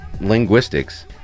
linguistics